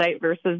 versus